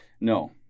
No